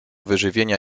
wyżywienia